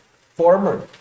former